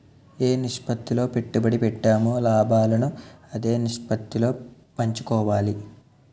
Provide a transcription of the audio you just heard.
ఏ నిష్పత్తిలో పెట్టుబడి పెట్టామో లాభాలను అదే నిష్పత్తిలో పంచుకోవాలి